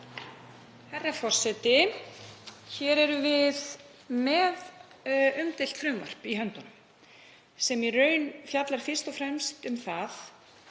Herra forseti. Hér erum við með umdeilt frumvarp í höndunum sem fjallar í raun fyrst og fremst um að